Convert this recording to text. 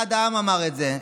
אחד העם אמר את זה,